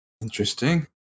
Interesting